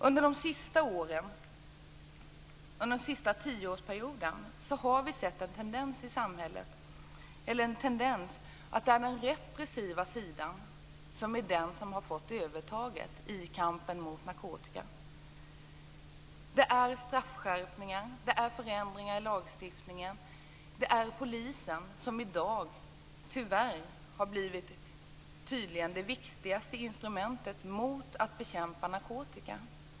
Under den senaste tioårsperioden har vi sett en tendens att det är den repressiva sidan som fått övertaget i kampen mot narkotika. Det är straffskärpningar, förändringar i lagstiftningen och polisen som i dag tyvärr blivit de viktigaste instrumenten mot narkotika.